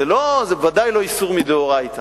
זה בוודאי לא איסור מדאורייתא.